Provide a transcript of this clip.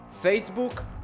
Facebook